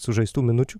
sužaistų minučių